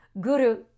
Guru